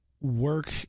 work